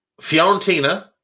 Fiorentina